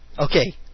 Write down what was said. okay